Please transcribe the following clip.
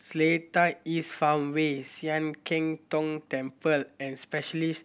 Seletar East Farmway Sian Keng Tong Temple and Specialists